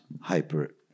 hyper